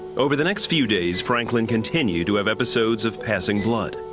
over the next few days, franklin continued to have episodes of passing blood.